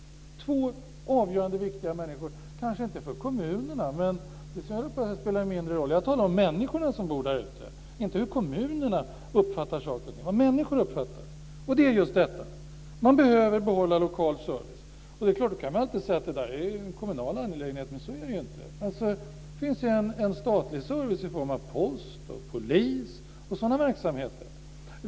Det är två avgörande och viktiga frågor för människor - kanske inte för kommunerna men det spelar mindre roll. Jag talar om de människor som bor där ute, inte om hur kommunerna uppfattar saker och ting. Det handlar alltså i stället om vad människor uppfattar och det gäller då just behovet av att få behålla lokal service. Det är klart att man alltid kan säga att det är fråga om en kommunal angelägenhet men så är det inte. Det finns ju statlig service i form av Posten, polisen och sådana verksamheter.